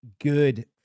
Good